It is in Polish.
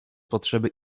potrzeby